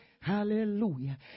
Hallelujah